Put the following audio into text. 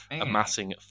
amassing